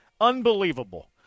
Unbelievable